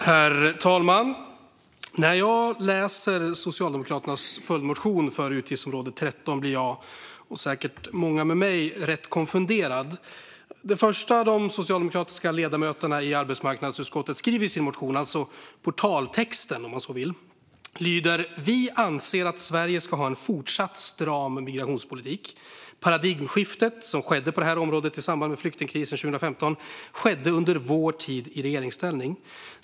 Herr talman! När jag läser Socialdemokraternas följdmotion för utgiftsområde 13 blir jag, och säkert många med mig, konfunderad. Det första de socialdemokratiska ledamöterna i arbetsmarknadsutskottet skriver i sin motion, alltså i portaltexten, lyder: "Vi anser att Sverige ska ha en fortsatt stram migrationspolitik. Paradigmskiftet som skedde på det här området i samband med flyktingkrisen 2015 skedde under vår tid i regeringsställning.